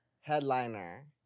Headliner